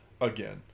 again